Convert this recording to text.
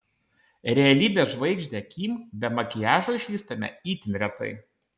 realybės žvaigždę kim be makiažo išvystame itin retai